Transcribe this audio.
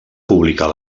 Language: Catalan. publicar